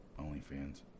OnlyFans